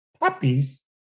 puppies